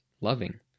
loving